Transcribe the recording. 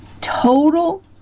total